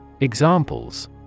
Examples